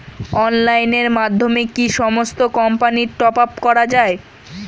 অনলাইনের মাধ্যমে কি সমস্ত কোম্পানির টপ আপ করা যায়?